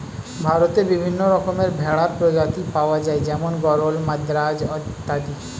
ভারতে বিভিন্ন রকমের ভেড়ার প্রজাতি পাওয়া যায় যেমন গরল, মাদ্রাজ অত্যাদি